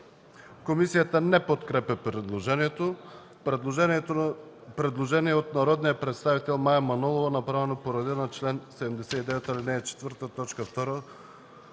Комисията не подкрепя предложението. Предложение от народния представител Мая Манолова, направено по реда на чл. 79, ал.